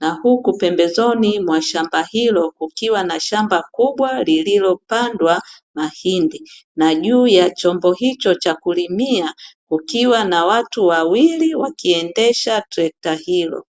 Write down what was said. Na huku pembezoni mwa shamba hilo kukiwa na shamba kubwa lililopandwa mahindi na juu ya chombo hicho cha kulimia kukiwa na watu wawili wakiendesha trekta hilo.